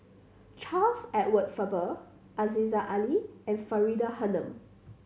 Charles Edward Faber Aziza Ali and Faridah Hanum